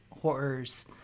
horrors